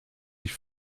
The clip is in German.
dich